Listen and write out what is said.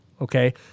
Okay